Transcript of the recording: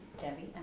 debbie